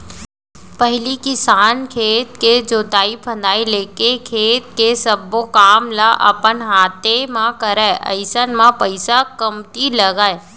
पहिली किसान खेत के जोतई फंदई लेके खेत के सब्बो काम ल अपन हाते म करय अइसन म पइसा कमती लगय